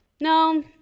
No